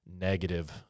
negative